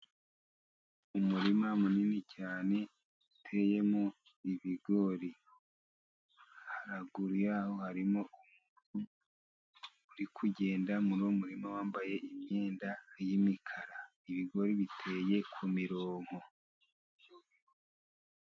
Umurima munini cyane uteyemo ibigori, haraguru y'aho harimo umuntu uri kugenda muri uwo murima, wambaye imyenda y'imikara, ibigori biteye ku mirongo.